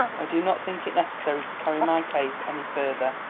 i do not think it necessary to carry my case any further.